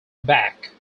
back